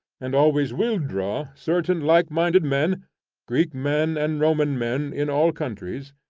and always will draw, certain likeminded men greek men, and roman men in all countries,